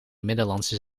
middellandse